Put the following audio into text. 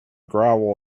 gravel